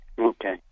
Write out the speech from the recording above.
Okay